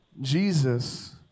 Jesus